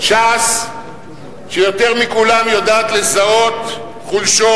ש"ס, שיותר מכולם יודעת לזהות חולשות,